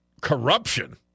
Corruption